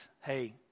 Hey